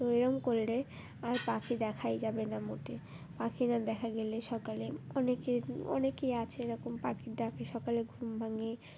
তো এরম করলে আর পাখি দেখাই যাবে না মোটে পাখি না দেখা গেলে সকালে অনেকের অনেকেই আছে এরকম পাখির ডাকে সকালে ঘুম ভাঙে